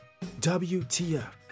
WTF